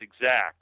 exact